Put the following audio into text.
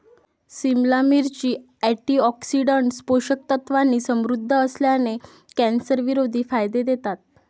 सिमला मिरची, अँटीऑक्सिडंट्स, पोषक तत्वांनी समृद्ध असल्याने, कॅन्सरविरोधी फायदे देतात